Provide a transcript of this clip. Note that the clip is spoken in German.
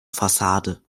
fassade